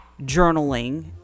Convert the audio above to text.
journaling